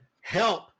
help